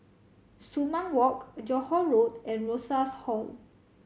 Sumang Walk Johore Road and Rosas Hall